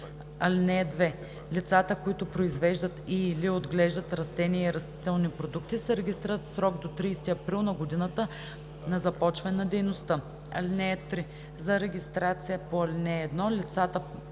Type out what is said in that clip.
си. (2) Лицата, които произвеждат и/или отглеждат растения и растителни продукти, се регистрират в срок до 30 април на годината на започване на дейността. (3) За регистрация по ал. 1 лицата